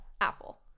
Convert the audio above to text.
Apple